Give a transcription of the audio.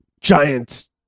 Giant